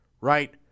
right